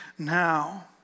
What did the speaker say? Now